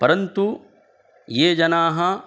परन्तु ये जनाः